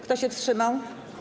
Kto się wstrzymał?